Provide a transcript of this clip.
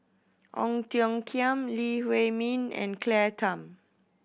Ong Tiong Khiam Lee Huei Min and Claire Tham